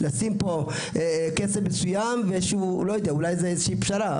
לשים פה כסף - אולי פשרה.